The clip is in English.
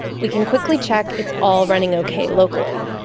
we can quickly check it's all running okay locally.